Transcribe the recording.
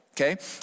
okay